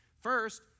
First